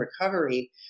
recovery